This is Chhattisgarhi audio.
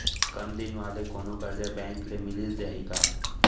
कम दिन वाले कोनो करजा बैंक ले मिलिस जाही का?